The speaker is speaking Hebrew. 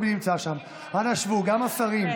נגד מאי גולן,